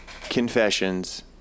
Confessions